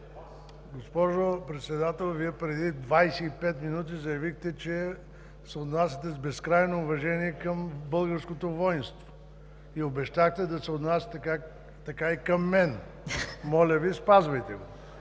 Госпожо председател, преди 25 минути Вие заявихте, че се отнасяте с безкрайно уважение към българското войнство и обещахте да се отнасяте така и към мен. Моля Ви, спазвайте го!